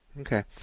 Okay